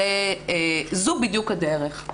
זו בדיוק הדרך.